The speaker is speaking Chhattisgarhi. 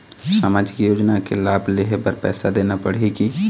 सामाजिक योजना के लाभ लेहे बर पैसा देना पड़ही की?